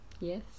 Yes